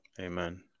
Amen